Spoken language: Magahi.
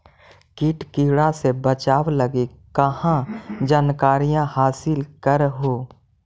किट किड़ा से बचाब लगी कहा जानकारीया हासिल कर हू?